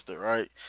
right